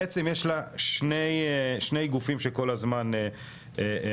בעצם יש לה שני גופים שכל הזמן משרתים,